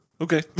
Okay